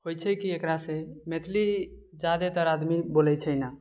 होइ छै की एकरासँ मैथिली ज्यादातर आदमी बोलै छै